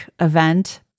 event